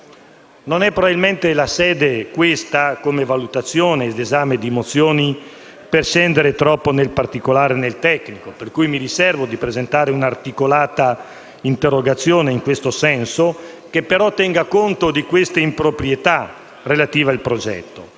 Non è probabilmente questa la sede più adatta per scendere troppo nel particolare e nel tecnico. Per cui, mi riservo di presentare un'articolata interrogazione in questo senso che tenga conto delle improprietà relative al progetto.